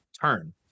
Turn